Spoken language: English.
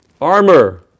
armor